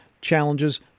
challenges